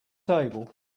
table